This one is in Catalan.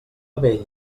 vell